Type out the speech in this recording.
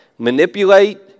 Manipulate